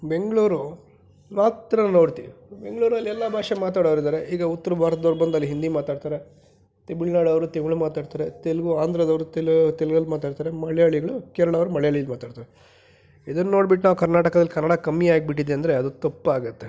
ಬೆಂಗಳೂರು ಮಾತ್ರ ನೋಡ್ತೀವಿ ಬೆಂಗಳೂರಲ್ಲಿ ಎಲ್ಲ ಭಾಷೆ ಮಾತಾಡೋವ್ರು ಇದ್ದಾರೆ ಈಗ ಉತ್ತರ ಭಾರತದವ್ರು ಬಂದು ಅಲ್ಲಿ ಹಿಂದಿ ಮಾತಾಡ್ತಾರೆ ತೆಮಿಳುನಾಡವ್ರು ತಮಿಳು ಮಾತಾಡ್ತಾರೆ ತೆಲುಗು ಆಂಧ್ರದವರು ತೆಲೂ ತೆಲುಗಲ್ಲಿ ಮಾತಾಡ್ತಾರೆ ಮಳಯಾಳಿಗಳು ಕೇರಳ ಅವ್ರು ಮಳಯಾಳಿಲಿ ಮಾತಾಡ್ತಾರೆ ಇದನ್ನು ನೋಡ್ಬಿಟ್ಟು ನಾವು ಕರ್ನಾಟಕದಲ್ಲಿ ಕನ್ನಡ ಕಮ್ಮಿಯಾಗ್ಬಿಟ್ಟಿದೆ ಅಂದರೆ ಅದು ತಪ್ಪಾಗುತ್ತೆ